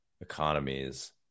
economies